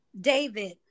David